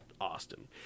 Austin